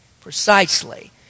precisely